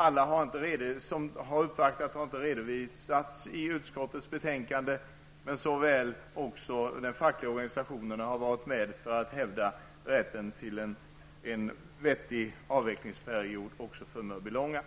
Alla som uppvaktat har inte redovisats i utskottets betänkande, men även de fackliga organisationerna har varit med för att hävda rätten till en vettig avvecklingsperiod också för Mörbylånga.